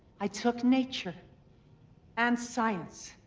i took nature and science,